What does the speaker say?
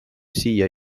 siia